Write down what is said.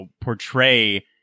portray